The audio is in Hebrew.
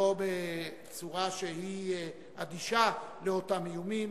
לא בצורה שהיא אדישה לאותם איומים,